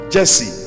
Jesse